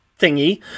thingy